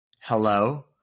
hello